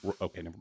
Okay